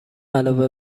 علاوه